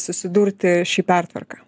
susidurti ši pertvarka